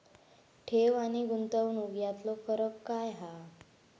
ठेव आनी गुंतवणूक यातलो फरक काय हा?